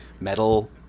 metal